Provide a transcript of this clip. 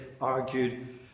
argued